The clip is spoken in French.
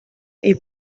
est